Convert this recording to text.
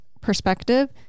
perspective